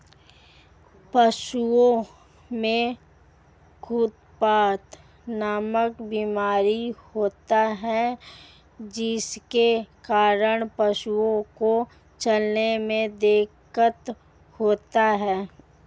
पशुओं में खुरपका नामक बीमारी होती है जिसके कारण पशुओं को चलने में दिक्कत होती है